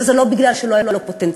וזה לא כי לא היה לו פוטנציאל,